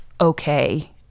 okay